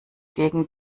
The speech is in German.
gegen